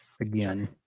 again